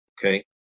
Okay